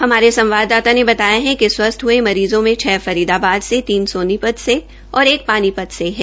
हमारे संवाददाता ने बताया कि स्वस्थ हए मरीज़ों में छ फरीदाबाद से तीन सोनीपत से और एक पानीपत से है